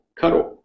cuddle